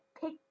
pick